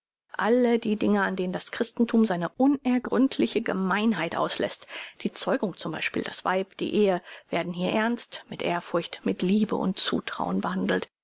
alle die dinge an denen das christenthum seine unergründliche gemeinheit ausläßt die zeugung zum beispiel das weib die ehe werden hier ernst mit ehrfurcht mit liebe und zutrauen behandelt